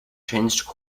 changed